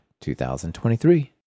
2023